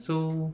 so